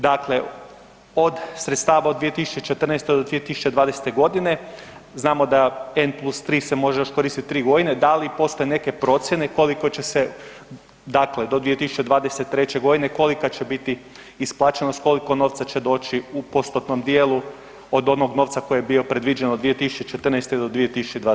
Dakle, od sredstava od 2014. do 2020. g. znamo da N+3 se može još koristiti 3 godine, da li postoje neke procjene koliko će se dakle, do 2023. g. kolika će biti isplaćeno, koliko novca će doći u postotnom dijelu od onog novca koji je bio predviđen od 2014. do 2020. g.